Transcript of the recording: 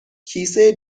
کیسه